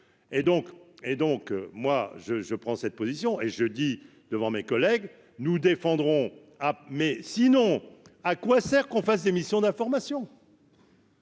et donc moi je je prends cette position et je jeudi devant mes collègues, nous défendrons ah mais, sinon, à quoi sert qu'on fasse des missions d'information.